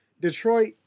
Detroit